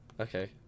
okay